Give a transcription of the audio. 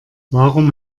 warum